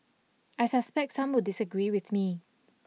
I suspect some will disagree with me